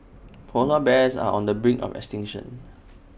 Polar Bears are on the brink of extinction